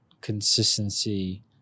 consistency